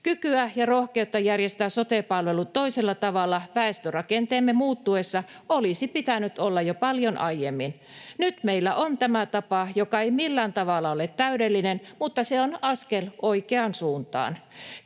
Kykyä ja rohkeutta järjestää sote-palvelut toisella tavalla väestörakenteemme muuttuessa olisi pitänyt olla jo paljon aiemmin. Nyt meillä on tämä tapa, joka ei millään tavalla ole täydellinen, mutta se on askel oikeaan suuntaan.